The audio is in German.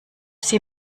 sie